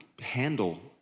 handle